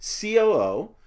COO